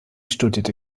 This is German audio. studierte